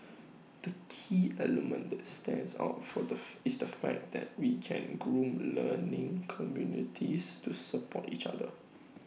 the key element that stands out for the is the fact that we can groom learning communities to support each other